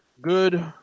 good